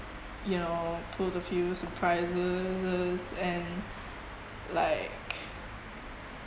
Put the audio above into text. you know pulled a few surprises and like